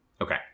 Okay